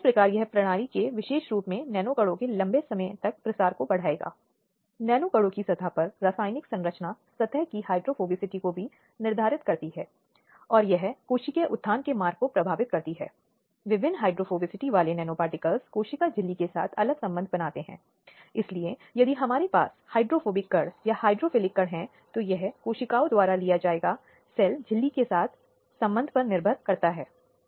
और अधिक विशेष रूप से यदि व्यक्ति एक बच्चा है तो एक उचित माहौल बनाया जाना चाहिए और भरोसे का वातावरण और आत्मविश्वास का वातावरण बनाया जाना चाहिए ताकि व्यक्ति पूरी प्रक्रिया में असहज महसूस हुए बिना या अपमानित हुए बिना सही ढंग से बोल सके